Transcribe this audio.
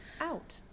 out